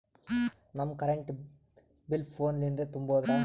ನಮ್ current bill ಫೋನ ಲಿಂದೇ ತುಂಬೌದ್ರಾ?